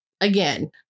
again